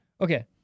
Okay